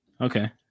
Okay